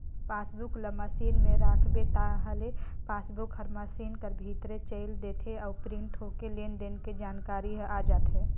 passbook ल machine में राखबे ताहले पासबुक हर मसीन कर भीतरे चइल देथे अउ प्रिंट होके लेन देन के जानकारी ह आ जाथे